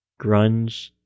grunge